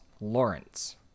Lawrence